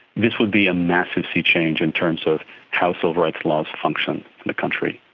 this would be a massive seachange in terms of how civil rights laws function in the country,